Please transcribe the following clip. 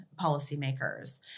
policymakers